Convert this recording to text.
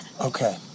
Okay